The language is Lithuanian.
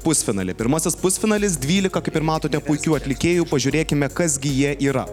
pusfinalį pirmasis pusfinalis dvylika kaip ir matote puikių atlikėjų pažiūrėkime kas gi jie yra